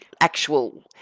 actual